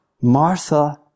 Martha